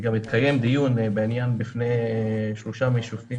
וגם התקיים דיון בעניין בפני שלושה שופטים